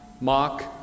Mark